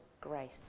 grace